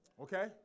Okay